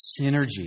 synergy